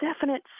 definite